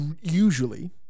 usually